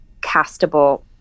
castable